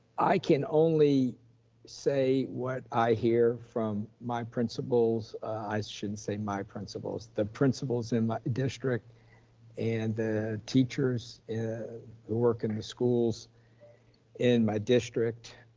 can only say what i hear from my principals. i shouldn't say my principals, the principals in my district and the teachers who work in the schools in my district